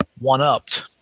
one-upped